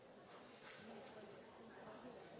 ministeren